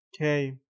Okay